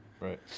Right